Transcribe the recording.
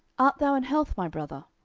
art thou in health, my brother?